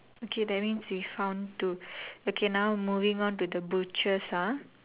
okay that means we found two okay now moving on to the butchers ah